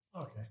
Okay